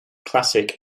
classic